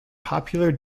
popular